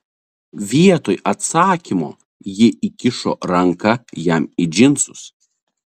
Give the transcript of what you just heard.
vietoj atsakymo ji įkišo ranką jam į džinsus